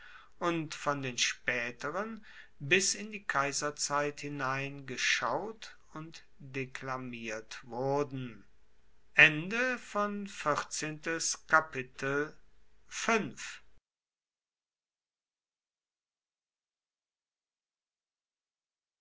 und von den spaeteren bis in die kaiserzeit hinein geschaut und deklamiert wurden